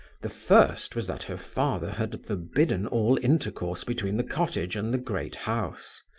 the first was that her father had forbidden all intercourse between the cottage and the great house.